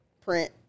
Print